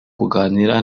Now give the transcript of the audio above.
kuganira